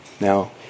now